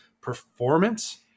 performance